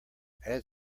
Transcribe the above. add